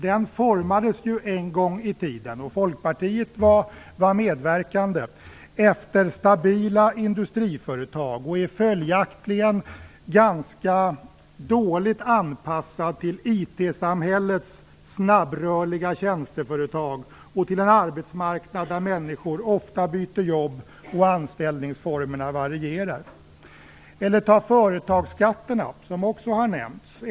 Den formades en gång i tiden - och Folkpartiet var medverkande - efter stabila industriföretag och är följaktligen ganska dåligt anpassad till IT-samhällets snabbrörliga tjänsteföretag och till en arbetsmarknad där människor ofta byter jobb och anställningsformerna varierar. Eller ta företagsskatterna, som också har nämnts.